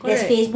correct